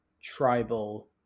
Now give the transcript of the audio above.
tribal